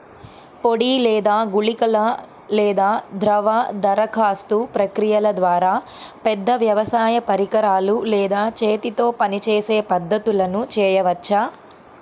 పొడి లేదా గుళికల లేదా ద్రవ దరఖాస్తు ప్రక్రియల ద్వారా, పెద్ద వ్యవసాయ పరికరాలు లేదా చేతితో పనిచేసే పద్ధతులను చేయవచ్చా?